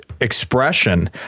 Expression